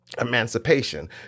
emancipation